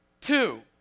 two